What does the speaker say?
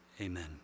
Amen